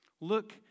Look